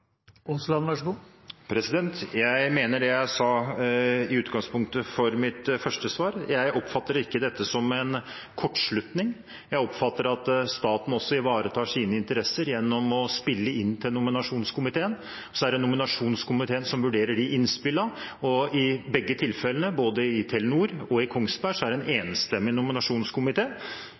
Jeg mener det jeg sa i utgangspunktet for mitt første svar. Jeg oppfatter ikke dette som en kortslutning. Jeg oppfatter at staten også ivaretar sine interesser gjennom å spille inn til nominasjonskomiteen. Så er det nominasjonskomiteen som vurderer de innspillene, og i begge tilfellene – både Telenor og Kongsberg Gruppen – så er det en enstemmig